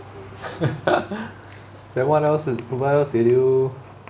then what else you what else do you do